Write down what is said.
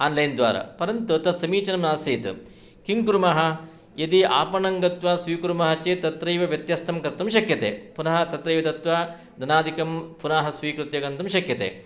online द्वारा परन्तु तस्समीचीनं नासीत् किङ्कुर्मः यदि आपणङ्गत्वा स्वीकुर्मः चेत् तत्रैव व्यत्यस्थं कर्तुं शक्यते पुनः तत्र एव दत्वा धनादिकं पुनः स्वीकृत्य गन्तुं शक्यते